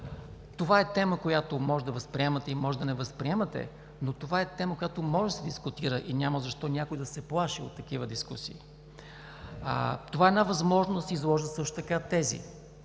Това е тема, която може да възприемате или може да не възприемате, но това е тема, която може да се дискутира и няма защо някой да се плаши от такива дискусии. Това е една възможност да се изложат също така тези,